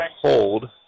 hold